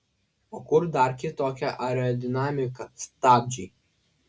o kur dar kitokia aerodinamika stabdžiai